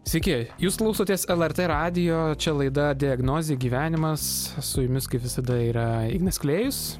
sveiki jūs klausotės lrt radijo čia laida diagnozė gyvenimas su jumis kaip visada yra ignas klėjus